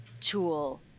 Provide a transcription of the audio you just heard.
tool